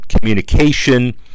communication